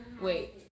Wait